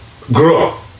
grow